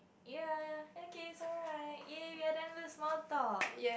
ya okay so right ya we are done this small talk